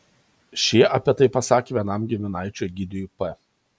šie apie tai pasakė vienam giminaičiui egidijui p